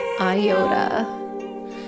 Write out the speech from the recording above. Iota